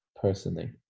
personally